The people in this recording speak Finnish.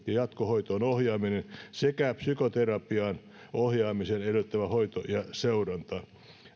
ja jatkohoitoon ohjaaminen sekä psykoterapiaan ohjaamisen edellyttämä hoito